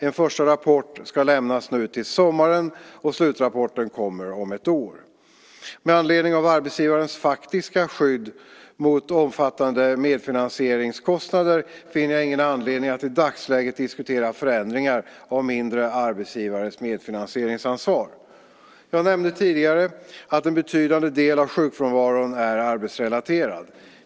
En första rapport ska lämnas nu till sommaren och slutrapporten kommer om ett år. Med anledning av arbetsgivares faktiska skydd mot omfattande medfinansieringskostnader finner jag ingen anledning att i dagsläget diskutera förändringar av mindre arbetsgivares medfinansieringsansvar. Jag nämnde tidigare att en betydande del av sjukfrånvaron är arbetsrelaterad.